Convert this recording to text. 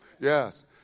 Yes